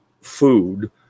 food